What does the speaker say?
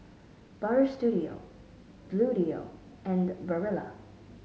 Butter Studio Bluedio and Barilla